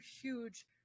huge